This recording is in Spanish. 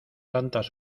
tantas